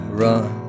run